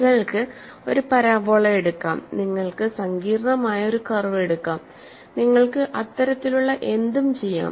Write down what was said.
നിങ്ങൾക്ക് ഒരു പരാബോള എടുക്കാം നിങ്ങൾക്ക് സങ്കീർണ്ണമായ ഒരു കർവ് എടുക്കാം നിങ്ങൾക്ക് അത്തരത്തിലുള്ള എന്തും ചെയ്യാം